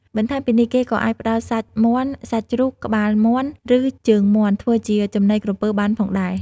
បន្ថែមពីនេះ គេក៏អាចផ្តល់សាច់មាន់ សាច់ជ្រូក ក្បាលមាន់ ឬជើងមាន់ ធ្វើជាចំណីក្រពើបានផងដែរ។